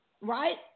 right